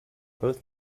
both